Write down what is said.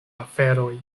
aferoj